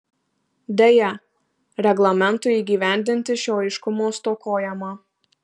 deja reglamentui įgyvendinti šio aiškumo stokojama